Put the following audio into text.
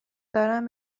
دارم